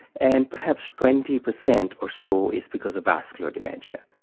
and perhaps twenty percent or so is because of vascular dementia.